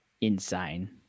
insane